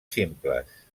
simples